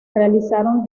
realizaron